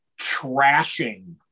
trashing